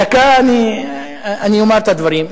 דקה, אני אומר את הדברים.